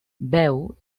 beu